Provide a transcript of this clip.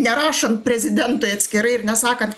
nerašant prezidentui atskirai ir nesakant